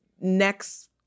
next